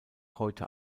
heute